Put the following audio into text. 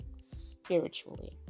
spiritually